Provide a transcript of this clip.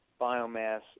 biomass